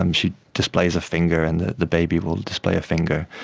um she displays a finger and the the baby will display a finger.